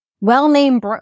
well-named